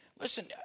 Listen